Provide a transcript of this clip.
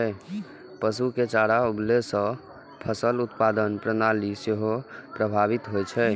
पशु के चारा उगाबै सं फसल उत्पादन प्रणाली सेहो प्रभावित होइ छै